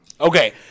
okay